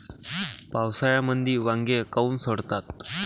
पावसाळ्यामंदी वांगे काऊन सडतात?